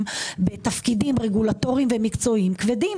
בתפקידים רגולטוריים ומקצועיים כבדים.